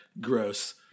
Gross